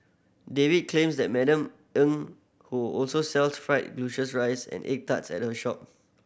David claims that Madam Eng who also sells fried glutinous rice and egg tart at her shop